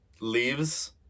leaves